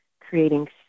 creating